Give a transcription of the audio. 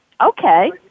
okay